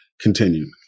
continued